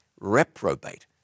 reprobate